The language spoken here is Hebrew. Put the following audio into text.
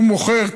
והוא מוכר,